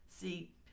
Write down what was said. See